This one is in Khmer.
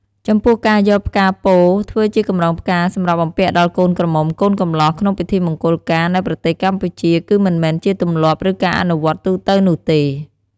ចំពោះការយកផ្កាពោធិ៍ ធ្វើជាកម្រងផ្កាសម្រាប់បំពាក់ដល់កូនក្រមុំកូនកម្លោះក្នុងពិធីមង្គលការនៅប្រទេសកម្ពុជា គឺមិនមែនជាទម្លាប់ ឬការអនុវត្តទូទៅនោះទេ។